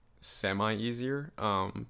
semi-easier